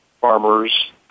farmers